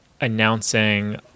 announcing